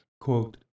quote